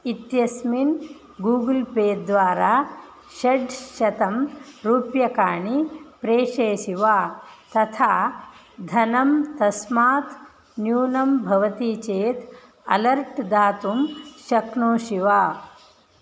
इत्यस्मिन् Google Pay द्वारा षट् शतं रूप्यकाणि प्रेषयसि वा तथा धनं तस्मात् न्यूनं भवति चेत् अलर्ट् दातुं शक्नोषि वा